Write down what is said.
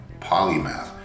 polymath